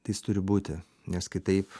tai jis turi būti nes kitaip